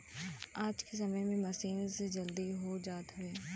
आज के समय में मसीन से जल्दी हो जात हउवे